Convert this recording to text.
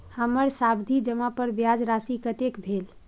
हमर सावधि जमा पर ब्याज राशि कतेक भेल?